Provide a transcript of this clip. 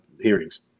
hearings